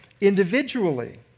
individually